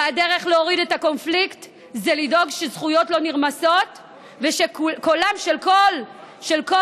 והדרך להוריד את הקונפליקט זה לדאוג שזכויות לא נרמסות ושקולם של כל משפחה